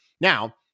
Now